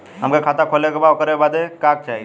हमके खाता खोले के बा ओकरे बादे का चाही?